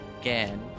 again